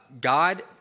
God